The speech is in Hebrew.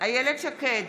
איילת שקד,